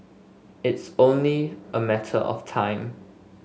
it's only a matter of time